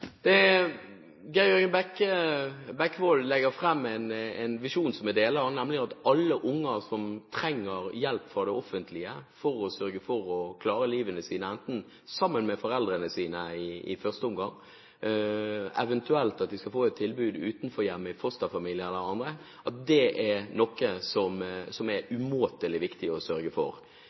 Geir Jørgen Bekkevold legger fram en visjon som jeg deler, nemlig at alle unger som trenger hjelp fra det offentlige for å klare livene sine, enten sammen med foreldrene sine i første omgang eller eventuelt få et tilbud utenfor hjemmet, i fosterfamilie eller annet, er umåtelig viktig å sørge for. Som Bekkevold ganske riktig sier, ligger det ikke en klar opptrappingsplan her i kommuneproposisjonen i årene som